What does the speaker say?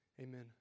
Amen